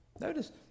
Notice